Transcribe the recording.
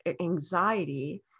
anxiety